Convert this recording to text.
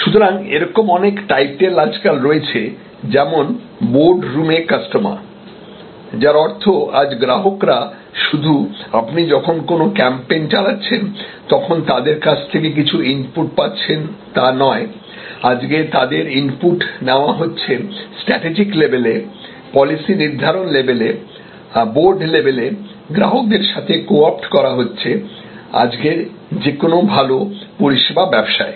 সুতরাং এরকম অনেক টাইটেল আজকাল রয়েছে যেমন "বোর্ডরুমে কাস্টমার" যার অর্থ আজ গ্রাহকরা শুধু আপনি যখন কোনো ক্যাম্পেইন চালাচ্ছেন তখন তাদের কাছ থেকে কিছু ইনপুট পাচ্ছেন তা নয় আজকে তাদের ইনপুট নেওয়া হচ্ছে স্ট্যাটিজিক লেভেলে পলিসি নির্ধারণ লেভেলে বোর্ড লেভেলে গ্রাহকদের সাথে কো অপ্ট করা হচ্ছে আজকের যেকোনো ভাল পরিষেবা ব্যবসায়